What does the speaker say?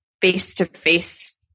face-to-face